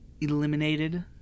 eliminated